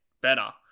better